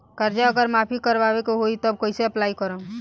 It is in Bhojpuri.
कर्जा अगर माफी करवावे के होई तब कैसे अप्लाई करम?